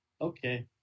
Okay